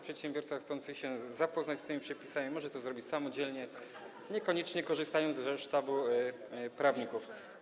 Przedsiębiorca chcący zapoznać się z tymi przepisami może to zrobić samodzielnie, niekoniecznie korzystając ze sztabu prawników.